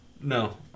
No